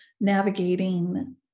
navigating